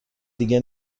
دیگه